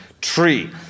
tree